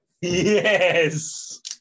Yes